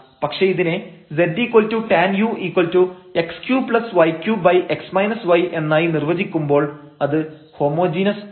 പക്ഷേ ഇതിനെ ztan u x3y3x y എന്നായി നിർവചിക്കുമ്പോൾ അത് ഹോമോജീനസ് ആവും